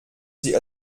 sie